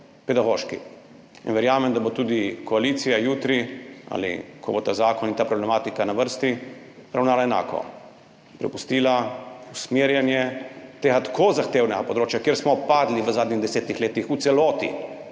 pedagoški stroki. Verjamem, da bo tudi koalicija jutri ali ko bo ta zakon in ta problematika na vrsti, ravnala enako, prepustila usmerjanje tega tako zahtevnega področja, kjer smo padli v zadnjih10 letih, v celoti